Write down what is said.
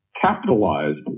capitalized